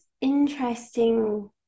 interesting